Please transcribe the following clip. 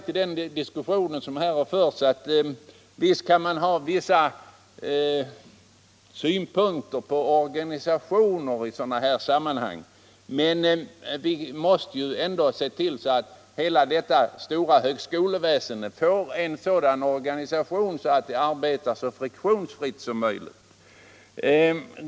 Till den diskussion som här har förts vill jag säga att visst kan man i sådana här sammanhang ha synpunkter på organisationen. Men det viktigaste är ju ändå att se till att detta stora högskoleväsende får en sådan organisation att det kan arbeta så friktionsfritt som möjligt.